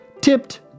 tipped